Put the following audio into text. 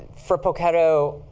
for poketo,